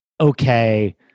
okay